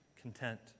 content